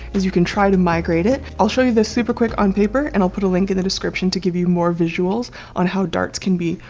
is you can try to migrate it? i'll show you this super quick on paper and i'll put a link in the description to give you more visuals on how darts can be?